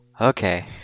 Okay